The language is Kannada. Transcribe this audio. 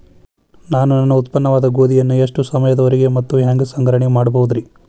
ನಾನು ನನ್ನ ಉತ್ಪನ್ನವಾದ ಗೋಧಿಯನ್ನ ಎಷ್ಟು ಸಮಯದವರೆಗೆ ಮತ್ತ ಹ್ಯಾಂಗ ಸಂಗ್ರಹಣೆ ಮಾಡಬಹುದುರೇ?